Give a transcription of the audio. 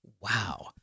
Wow